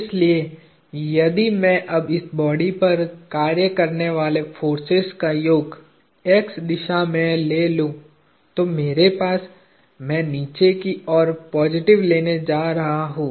इसलिए यदि मैं अब इस बॉडी पर कार्य करने वाले फोर्सेज का योग x दिशा में ले लूं तो मेरे पास मैं नीचे की ओर पॉजिटिव लेने जा रहा हूं